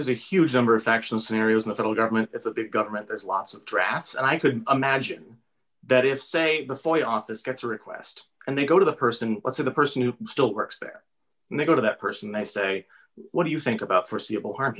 there's a huge number of faction scenarios in the federal government it's a big government there's lots of drafts and i could imagine that if say the fire office gets a request and they go to the person let's have a person who still works there and they go to that person they say what do you think about forseeable harm